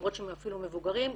למרות שהם אפילו מבוגרים,